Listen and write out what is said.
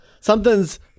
something's